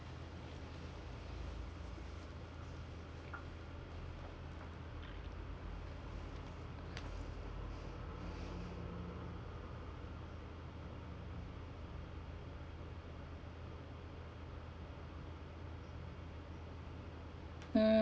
um